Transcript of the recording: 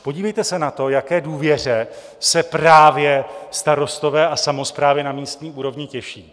Podívejte se na to, jaké důvěře se právě starostové a samosprávy na místní úrovni těší.